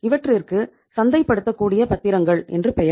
இவற்றிற்கு சந்தைபடுத்தக்கூடிய பத்திரங்கள் என்று பெயர்